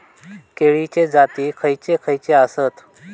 केळीचे जाती खयचे खयचे आसत?